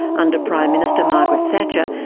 under prime minister margaret thatcher,